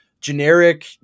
generic